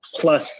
plus